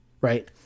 right